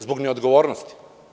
Zbog neodgovornosti.